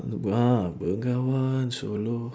bengawan solo